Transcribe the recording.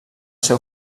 seu